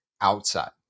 outside